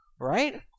Right